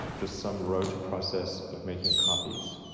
just some road to process of making copies,